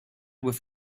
with